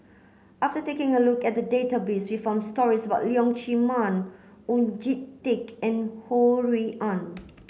after taking a look at the database we found stories about Leong Chee Mun Oon Jin Teik and Ho Rui An